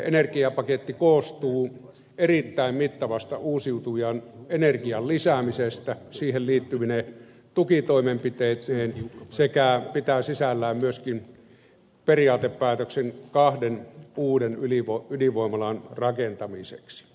energiapaketti koostuu erittäin mittavasta uusiutuvan energian lisäämisestä siihen liittyvine tukitoimenpiteineen sekä pitää sisällään myöskin periaatepäätöksen kahden uuden ydinvoimalan rakentamisesta